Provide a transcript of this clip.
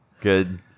good